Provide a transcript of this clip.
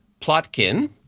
Plotkin